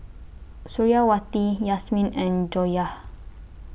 Suriawati Yasmin and Joyah